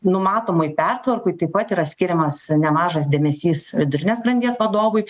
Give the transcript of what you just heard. numatomoj pertvarkoj taip pat yra skiriamas nemažas dėmesys vidurinės grandies vadovui